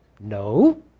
No